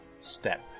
step